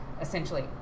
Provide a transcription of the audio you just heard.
essentially